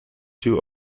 too